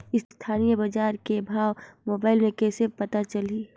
स्थानीय बजार के भाव मोबाइल मे कइसे पता चलही?